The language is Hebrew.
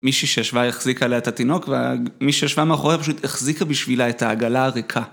מישהי שישבה החזיקה עליה את התינוק וה... מי שישבה מאחוריה פשוט החזיקה בשבילה את העגלה הריקה.